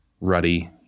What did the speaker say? ruddy